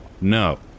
No